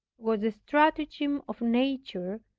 was a stratagem of nature,